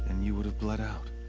and you would have bled out.